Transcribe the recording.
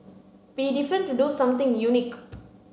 be different to do something unique